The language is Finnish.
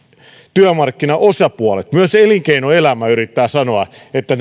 työmarkkinaosapuolet myös elinkeinoelämä yrittävät sanoa että